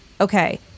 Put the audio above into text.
okay